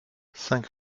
cinq